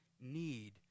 need